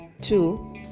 two